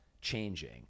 changing